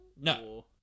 No